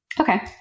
okay